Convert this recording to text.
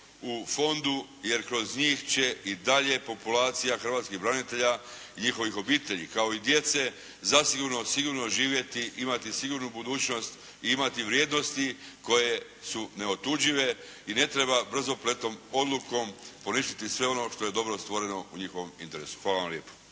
u fondu jer kroz njih će i dalje populacija hrvatskih branitelja i njihovih obitelji kao i djece zasigurno sigurno živjeti, imati sigurnu budućnost i imati vrijednosti koje su neotuđive i ne treba brzopletom odlukom poništiti sve ono što je dobro stvoreno u njihovom interesu. Hvala vam lijepo.